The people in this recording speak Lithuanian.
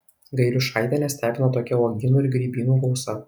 gailiušaitę nestebino tokia uogynų ir grybynų gausa